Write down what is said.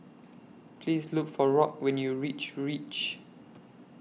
Please Look For Rock when YOU REACH REACH